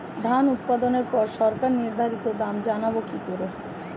ধান উৎপাদনে পর সরকার নির্ধারিত দাম জানবো কি করে?